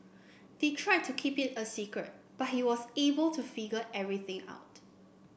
they tried to keep it a secret but he was able to figure everything out